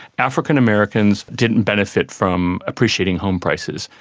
african americans didn't benefit from appreciating home prices,